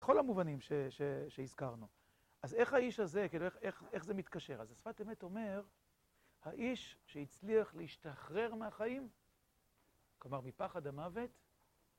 כל המובנים שהזכרנו אז איך האיש הזה כאילו איך זה מתקשר אז השפת אמת אומר האיש שהצליח להשתחרר מהחיים כלומר מפחד המוות